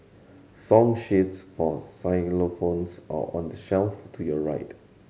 song sheets for xylophones are on the shelf to your right